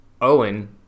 Owen